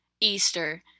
Easter